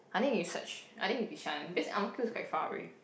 I think you search I think is Bishan because Ang-Mo-Kio is quite far already